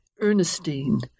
Ernestine